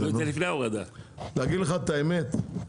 להגיד לך את האמת,